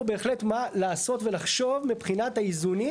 בהחלט מה לעשות ולחשוב מבחינת האיזונים,